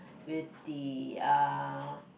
with the uh